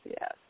yes